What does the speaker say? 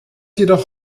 jedoch